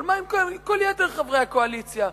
אבל מה עם כל יתר חברי הקואליציה?